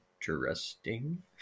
interesting